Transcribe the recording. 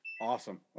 awesome